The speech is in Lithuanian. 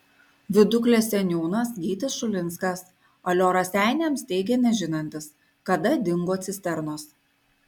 viduklės seniūnas gytis šulinskas alio raseiniams teigė nežinantis kada dingo cisternos